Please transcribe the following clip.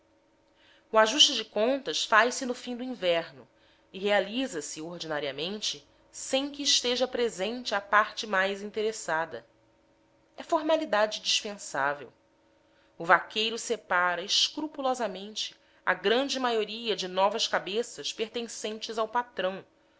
o ajuste de contas faz-se no fim do inverno e realiza se